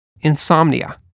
insomnia